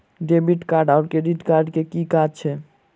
Debit card आओर credit card केँ की काज छैक?